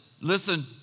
listen